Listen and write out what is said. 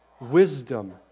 wisdom